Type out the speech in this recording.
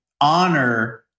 honor